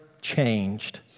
changed